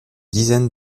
dizaine